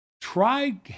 try